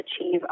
achieve